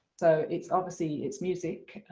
so it's obviously it's music,